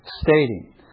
stating